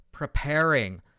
preparing